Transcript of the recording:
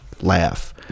laugh